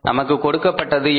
நமக்கு கொடுக்கப்பட்டது என்ன